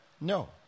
No